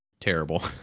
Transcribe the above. terrible